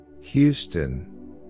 Houston